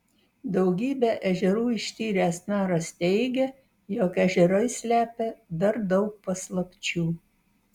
daugybę ežerų ištyręs naras teigia jog ežerai slepia dar daug paslapčių